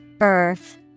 Earth